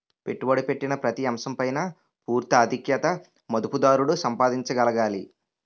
పెట్టుబడి పెట్టిన ప్రతి అంశం పైన పూర్తి ఆధిక్యత మదుపుదారుడు సంపాదించగలగాలి